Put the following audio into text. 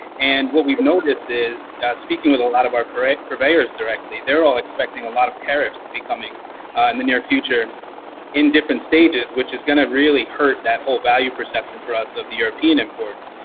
and what we've noticed is speaking with a lot of our purveyors purveyors directly, they're all expecting a lot of tariffs to becoming in the near future in different stages, which is gonna really hurt that whole value perception for us of the european imports.